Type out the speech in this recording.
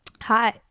hi